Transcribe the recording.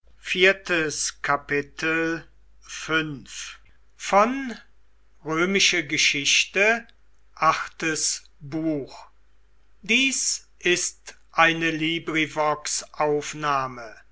sind ist eine